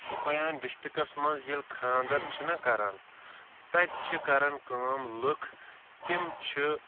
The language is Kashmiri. شُپَیان ڈِسٹَرٛکَس منٛز ییٚلہِ خانٛدر چھِنہ کَران تَتہِ چھِ کَران کٲم لُکھ تِم چھِ